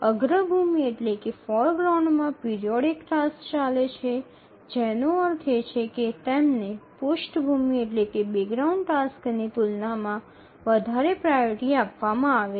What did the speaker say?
અગ્રભૂમિ માં periodic tasks ચાલે છે જેનો અર્થ એ કે તેમને પૃષ્ઠભૂમિ ટાસક્સની તુલનામાં વધારે પ્રાઓરિટી આપવામાં આવે છે